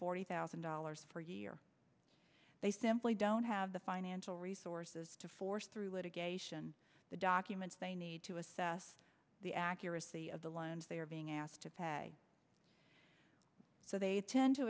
forty thousand dollars per year they simply don't have the financial resources to force through litigation the documents they need to assess the accuracy of the loans they are being asked to pay so they tend to